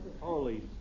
Holy